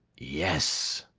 yes!